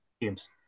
games